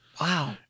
wow